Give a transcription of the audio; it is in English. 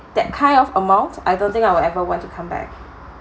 that kind of amount I don't think I will ever want to come back